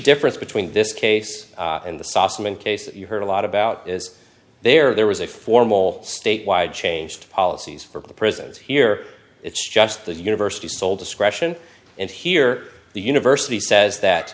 difference between this case and the sosman case that you heard a lot about is there there was a formal statewide changed policies for the prisons here it's just the university's sole discretion and here the university says that